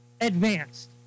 advanced